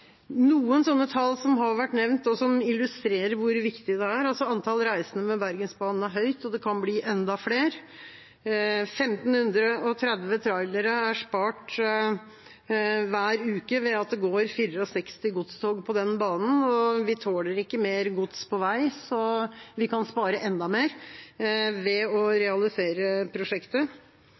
Noen tall har vært nevnt som illustrerer hvor viktig det er. Antall reisende med Bergensbanen er høyt, og det kan bli enda flere. 1 530 trailere er spart hver uke ved at det går 64 godstog på den banen, og vi tåler ikke mer gods på vei, så vi kan spare enda mer ved å realisere prosjektet.